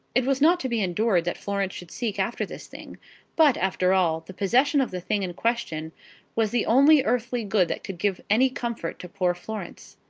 it was not to be endured that florence should seek after this thing but, after all, the possession of the thing in question was the only earthly good that could give any comfort to poor florence.